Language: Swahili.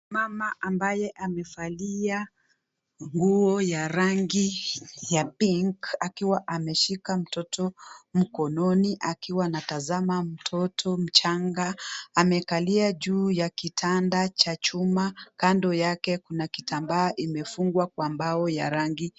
Mama ambaye amevalia nguo ya rangi ya pinki akiwa ameshika mtoto mkononi akiwa anatazama mtoto mchanga. Amekalia juu ya kitanda cha chuma. Kando yake kuna kitambaa imefungwa kwa mbao ya rangi.